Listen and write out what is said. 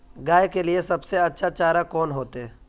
गाय के लिए सबसे अच्छा चारा कौन होते?